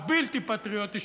הבלתי-פטריוטי,